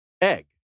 egg